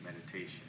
meditation